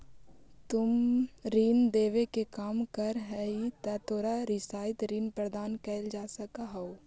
तुम ऋण देवे के काम करऽ हहीं त तोरो रियायत ऋण प्रदान कैल जा सकऽ हओ